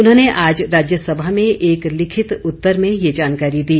उन्होंने आज राज्य सभा में एक लिखित उत्तर में यह जानकारी दी